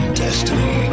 destiny